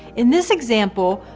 in this example,